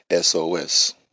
SOS